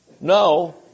No